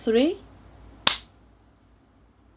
three